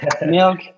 milk